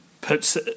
puts